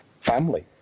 family